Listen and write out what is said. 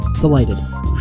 Delighted